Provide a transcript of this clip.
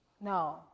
No